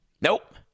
Nope